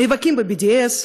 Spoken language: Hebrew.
נאבקים ב-BDS,